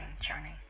journey